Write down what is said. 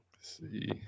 See